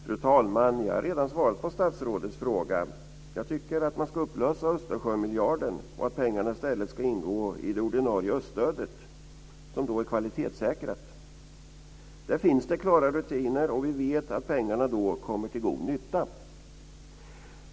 Fru talman! Jag har redan svarat på statsrådets fråga. Jag tycker att man ska upplösa Östersjömiljarden och att pengarna i stället ska ingå i det ordinarie öststödet, som är kvalitetssäkrat. Där finns det klara rutiner, och vi vet att pengarna då kommer till god nytta.